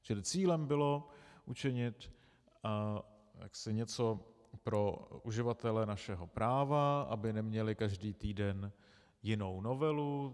Čili cílem bylo učinit něco pro uživatele našeho práva, aby neměli každý týden jinou novelu.